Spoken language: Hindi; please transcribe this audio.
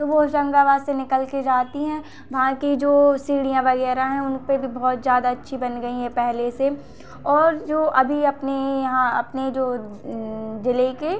तो वो होशंगाबाद से निकल के जाती हैं वहां की जो सीढियाँ वगैरह हैं उनपे भी बहुत ज़्यादा अच्छी बन गई हैं पहले से और जो अभी अपने यहाँ अपने जो जिले की